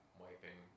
wiping